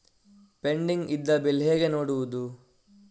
Pending ಇದ್ದ bill ಹೇಗೆ ನೋಡುವುದು?